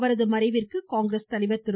அவரது மறைவிற்கு காங்கிரஸ் தலைவர் திரு